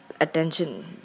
attention